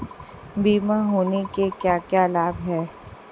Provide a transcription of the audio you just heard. बीमा होने के क्या क्या लाभ हैं?